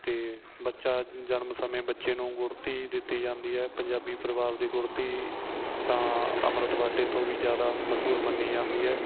ਅਤੇ ਬੱਚਾ ਜਨਮ ਸਮੇਂ ਬੱਚੇ ਨੂੰ ਗੁੜ੍ਹਤੀ ਦਿੱਤੀ ਜਾਂਦੀ ਹੈ ਪੰਜਾਬੀ ਪਰਿਵਾਰ ਦੀ ਗੁੜ੍ਹਤੀ ਤਾਂ ਅੰਮ੍ਰਿਤ ਵਾਟੇ ਤੋਂ ਵੀ ਜ਼ਿਆਦਾ ਮਸ਼ਹੂਰ ਮੰਨੀ ਜਾਂਦੀ ਹੈ